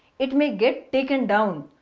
it may get taken down.